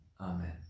Amen